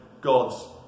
God's